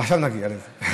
עכשיו נגיע לזה,